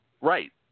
Right